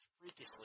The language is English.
freakishly